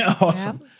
Awesome